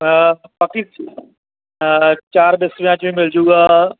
ਬਾਕੀ ਚਾਰ ਵਿਸਵਿਆਂ 'ਚ ਮਿਲ ਜੂਗਾ